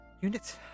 Units